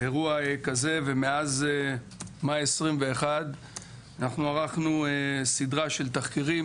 אירוע כזה ומאז מאי 2021 אנחנו ערכנו סדרה של תחקירים,